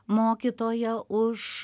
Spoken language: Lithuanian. mokytoją už